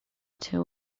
two